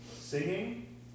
singing